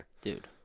Dude